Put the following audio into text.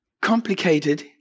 complicated